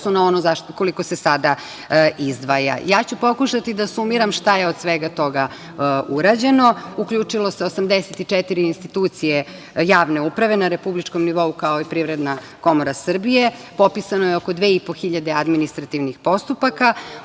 na ono koliko se sada izdvaja. Pokušaću da sumiram šta je od svega toga urađeno. Uključilo se 84 institucije javne uprave na republičkom nivou, kao i Privredna komora Srbije, popisano je oko 2.500 administrativnih postupaka.